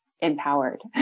empowered